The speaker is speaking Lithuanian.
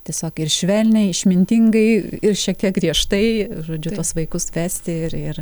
tiesiog ir švelniai išmintingai ir šiek tiek griežtai žodžiu tuos vaikus vesti ir ir